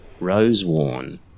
Roseworn